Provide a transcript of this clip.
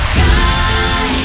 Sky